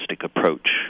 approach